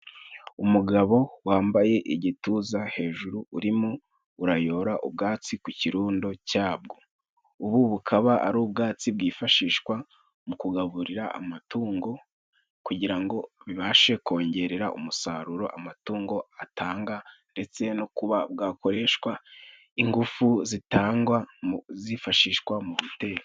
Umugabo wambaye igituza hejuru urimo urayora ubwatsi ku kirundo cyabwo. Ubu bukaba ari ubwatsi bwifashishwa mu kugaburira amatungo kugira ngo bibashe kongerera umusaruro amatungo atanga ndetse no kuba bwakoreshwa ingufu zitangwa mu zifashishwa mu guteka.